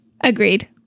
Agreed